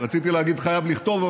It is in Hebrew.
רציתי להגיד חייב לכתוב,